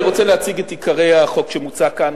אני רוצה להציג את עיקרי החוק שמוצע כאן,